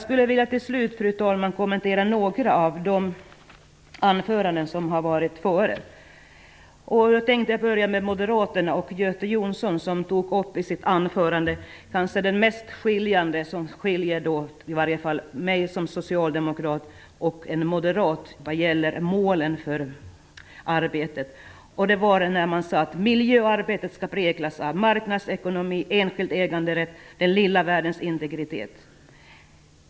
Slutligen vill jag, fru talman, kommentera något av vad som sagts här. Moderaten Göte Jonsson tog i sitt anförande upp det som mest skiljer mig som socialdemokrat och en moderat vad gäller målen för arbetet. Han sade att miljöarbetet skall präglas av marknadsekonomi, enskild äganderätt, den lilla världens integritet.